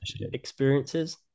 experiences